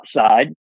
outside